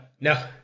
No